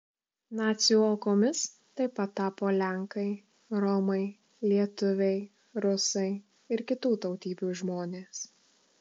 nacių aukomis taip pat tapo lenkai romai lietuviai rusai ir kitų tautybių žmonės